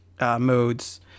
modes